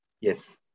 Yes